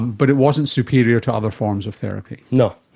but it wasn't superior to other forms of therapy. no,